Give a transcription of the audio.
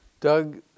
Doug